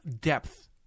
depth